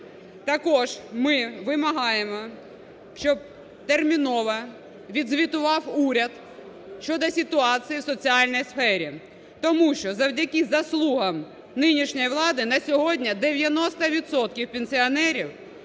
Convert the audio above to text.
Також ми вимагаємо. щоб терміново відзвітував уряд щодо ситуації в соціальній сфері. Тому що завдяки заслугам нинішньої влади на сьогодні 90 відсотків